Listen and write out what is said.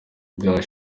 bwa